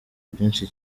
byinshi